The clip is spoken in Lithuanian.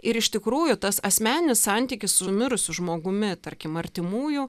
ir iš tikrųjų tas asmeninis santykis su mirusiu žmogumi tarkim artimųjų